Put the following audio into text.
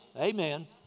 amen